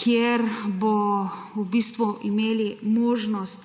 kjer bodo v bistvu imeli možnost,